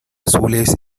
azules